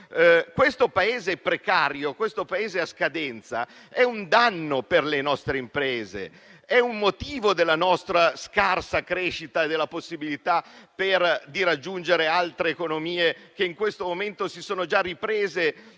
Questo Paese precario, questo Paese a scadenza è un danno per le nostre imprese; è un motivo della nostra scarsa crescita e della impossibilità di raggiungere altre economie, che in questo momento si sono già riprese